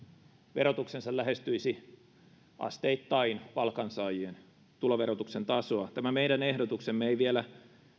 verotuksensa lähestyisi asteittain palkansaajien tuloverotuksen tasoa tämä meidän ehdotuksemme ei vielä